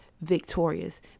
victorious